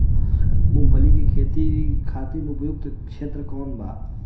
मूँगफली के खेती खातिर उपयुक्त क्षेत्र कौन वा?